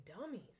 dummies